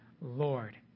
Lord